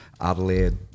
adelaide